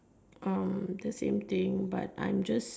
um the same thing but I'm just